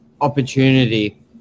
opportunity